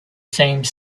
same